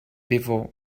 before